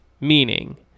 meaning